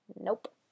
Nope